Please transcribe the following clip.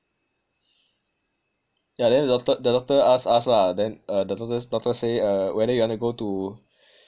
yah then the doctor the doctor ask us lah then uh the doctor doctor say uh whether you want to go to